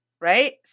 right